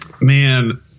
man